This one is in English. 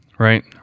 Right